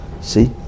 See